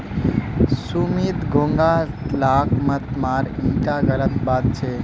सुमित घोंघा लाक मत मार ईटा गलत बात छ